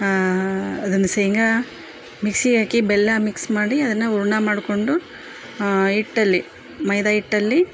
ಅದನ್ನ ಶೇಂಗಾ ಮಿಕ್ಸಿಗೆ ಹಾಕಿ ಬೆಲ್ಲ ಮಿಕ್ಸ್ ಮಾಡಿ ಅದನ್ನ ಹೂರ್ಣ ಮಾಡ್ಕೊಂಡು ಹಿಟ್ಟಲ್ಲಿ ಮೈದಾ ಹಿಟ್ಟಲ್ಲಿ